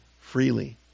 freely